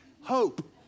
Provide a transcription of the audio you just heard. Hope